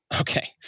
Okay